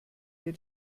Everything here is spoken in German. wir